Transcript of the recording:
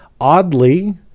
oddly